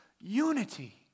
unity